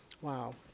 Wow